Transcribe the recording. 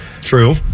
True